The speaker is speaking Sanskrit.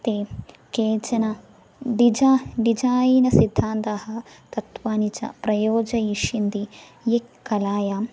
ते केचन डिजा डिजायिनसिद्धान्ताः तत्त्वानि च प्रयोजयिष्यन्ति ये कलायां